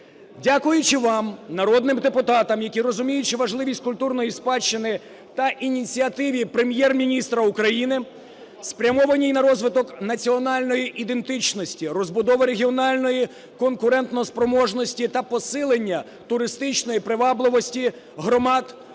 Дякуючи вам, народним депутатам, які розуміють, що важливість культурної спадщини, та ініціативі Прем'єр-міністра України, спрямованій на розвиток національної ідентичності, розбудови регіональної конкурентоспроможності та посилення туристичної привабливості громад,